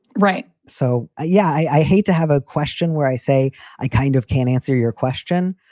right. so, ah yeah, i hate to have a question where i say i kind of can't answer your question,